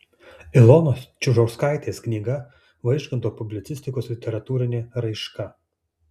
ilonos čiužauskaitės knyga vaižganto publicistikos literatūrinė raiška